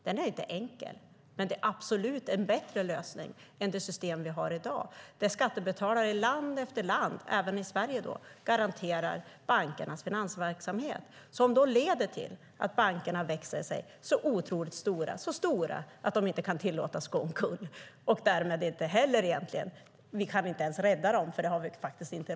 Den är inte enkel, men det är absolut en bättre lösning än det system vi har i dag, där skattebetalare i land efter land, även i Sverige, garanterar bankernas finansverksamhet, vilket leder till att bankerna växer sig så otroligt stora att de inte kan tillåtas gå omkull. Då kan vi inte ens rädda dem, för det har vi inte råd med.